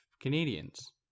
Canadians